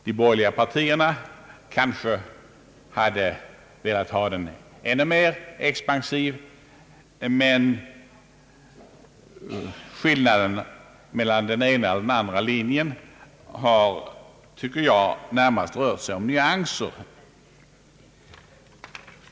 De borgerliga partierna kanske hade velat ha den ännu mer expansiv, men skillnaden mellan den ena och den andra linjen har, tycker jag, närmast rört sig om nyanser.